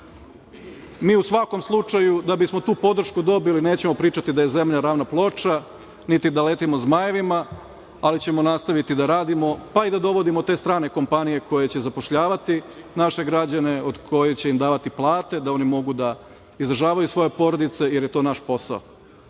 mi u svakom slučaju da bismo tu podršku dobili nećemo pričati da je zemlja ravna ploča, niti da letimo zmajevima, ali ćemo nastaviti da radimo, pa i da dovodimo te strane kompanije koje će zapošljavati naše građane, od kojih će im davati plate, da oni mogu da izdržavaju svoje porodice, jer je to naš posao,